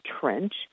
Trench